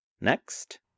Next